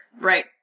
right